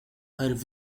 her